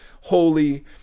holy